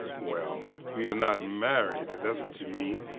well, we are not married, if that's what you mean.